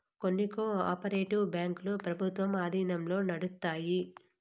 కొన్ని cooperative బ్యాంకులు ప్రభుత్వం ఆధీనంలో నడుత్తాయి